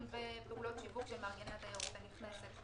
ופעולות שיווק של מארגני התיירות הנכנסת.